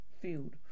field